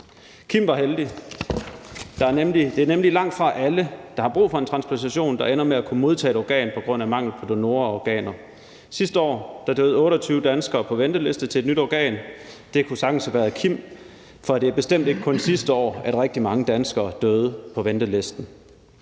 Kim var heldig. Det er nemlig langtfra alle, der har brug for en transplantation, som ender med at kunne modtage et organ på grund af mangel på donorer og organer. Sidste år døde 28 danskere på venteliste til et nyt organ. Det kunne sagtens have været Kim, for det er bestemt ikke kun sidste år, at mange danskere døde på venteliste.